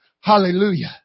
Hallelujah